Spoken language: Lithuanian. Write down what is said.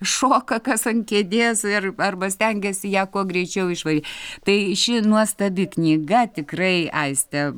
šoka kas ant kėdės ir arba stengiasi ją kuo greičiau išva tai ši nuostabi knyga tikrai aiste